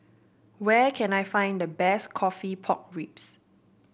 where can I find the best coffee Pork Ribs